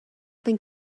think